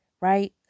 right